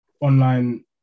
online